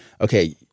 okay